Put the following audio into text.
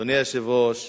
אדוני היושב-ראש,